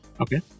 Okay